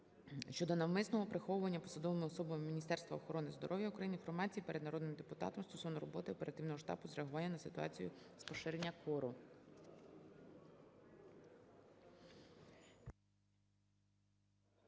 щодо навмисного приховування посадовими особами Міністерства охорони здоров'я України інформації перед народним депутатом, стосовно роботи оперативного штабу з реагування на ситуацію з поширення кору.